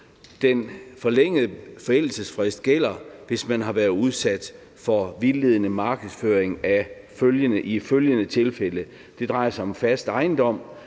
Den forlængede forældelsesfrist gælder, hvis man har været udsat for vildledende markedsføring i følgende tilfælde: Det drejer sig om køb af fast ejendom.